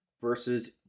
versus